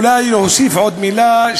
אולי צריך להוסיף עוד מילה,